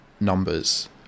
numbers